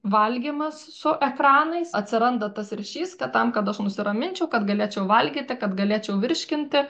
valgymas su ekranais atsiranda tas ryšys kad tam kad aš nusiraminčiau kad galėčiau valgyti kad galėčiau virškinti